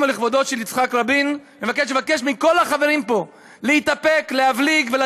זכרו של יצחק רבין, לא ידעו